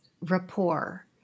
rapport